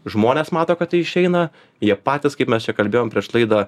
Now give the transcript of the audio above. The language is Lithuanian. žmonės mato kad tai išeina jie patys kaip mes čia kalbėjom prieš laidą